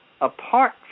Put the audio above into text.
apart